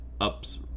ups-